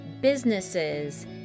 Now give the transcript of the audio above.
businesses